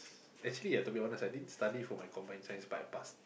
actually ah to be honest I didn't study for my combined science but I passed